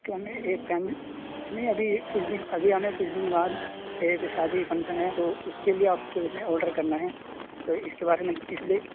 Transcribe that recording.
تو ہمیں ایک فیملی نہیں ابھی کچھ دن ابھی ہمیں کچھ دن کے بعد ایک شادی فنکسن ہے تو اس کے لیے آپ کے سے آڈر کرنا ہے تو اس کے بارے میں اس لیے